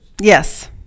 Yes